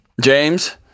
James